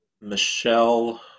Michelle